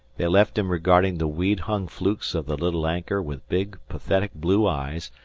they left him regarding the weed-hung flukes of the little anchor with big, pathetic blue eyes,